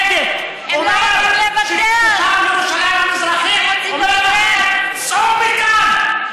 הצדק אומר שתושב ירושלים המזרחית אומר לכם: צאו מכאן.